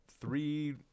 three